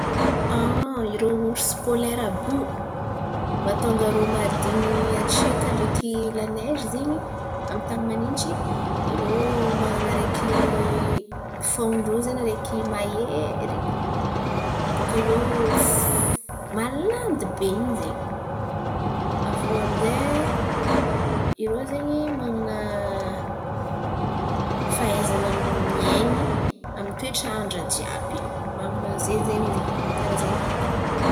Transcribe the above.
Irô orsa polera àby io, mahatonga mahadin̈y hatsika ndraiky laneze zen̈y, amy ny tan̈y manintsy irô man̈ana araiky fonon̈y irô zen̈y araiky mahery bokà eo malandy be in̈y zay. Avy eo amin'zay irô zen̈y man̈ana fahaizan̈a miain̈y amy ny toetr'andra jiàby. Man̈ana zen̈y zen̈y irô karà zen̈y ny haiko.